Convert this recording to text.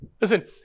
Listen